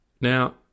now